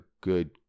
good